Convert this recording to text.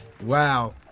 wow